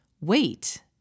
wait